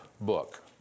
book